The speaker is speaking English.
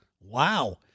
Wow